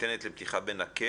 ניתנת לפתיחה בנקל.